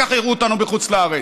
וככה יראו אותנו בחוץ לארץ.